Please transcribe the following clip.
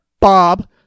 Bob